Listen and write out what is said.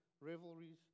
revelries